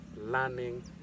learning